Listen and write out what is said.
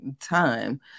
time